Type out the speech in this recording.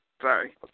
Sorry